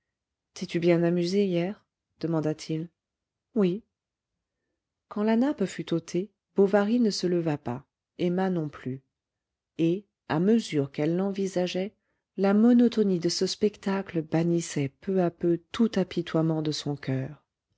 t'es-tu bien amusée hier demanda-t-il oui quand la nappe fut ôtée bovary ne se leva pas emma non plus et à mesure qu'elle l'envisageait la monotonie de ce spectacle bannissait peu à peu tout apitoiement de son coeur